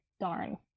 Darn